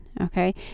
okay